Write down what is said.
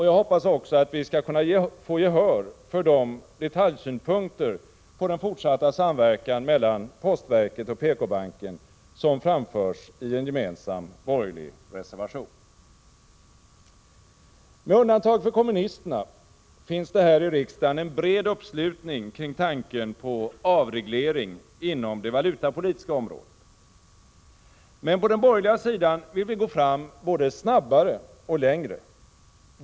Jag hoppas också att vi skall kunna få gehör för de detaljsynpunkter på den fortsatta samverkan Med undantag för kommunisterna finns det här i riksdagen en bred uppslutning kring tanken på avreglering inom det valutapolitiska området. Men på den borgerliga sidan vill vi gå fram både snabbare och längre.